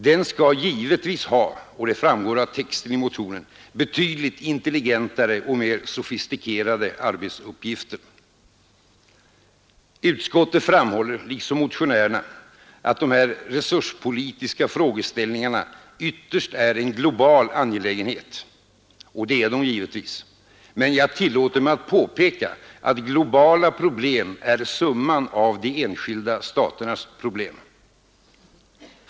Den skall givetvis ha — och det framgår av texten i motionen — betydligt intelligentare och mer sofistikerade arbetsuppgifter. Utskottets framhåller, liksom motionärerna, att de här resurspolitiska frågeställningarna ytterst är en global angelägenhet. Och det är de givetvis. Men jag tillåter mig påpeka att globala problem är summan av de enskilda staternas problem.